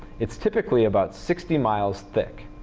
it's typically about sixty miles thick.